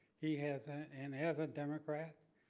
he has and as a democrat,